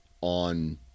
on